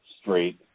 straight